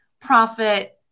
profit